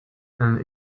and